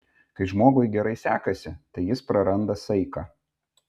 kai žmogui gerai sekasi tai jis praranda saiką